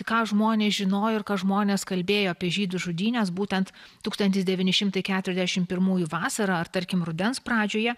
ką žmonės žinojo ir ką žmonės kalbėjo apie žydų žudynes būtent tūkstantis devyni šimtai keturiasdešim pirmųjų vasarą ar tarkim rudens pradžioje